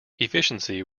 efficiency